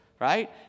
right